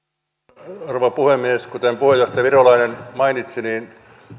arvoisa rouva puhemies kuten puheenjohtaja virolainen mainitsi niin